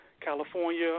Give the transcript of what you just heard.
California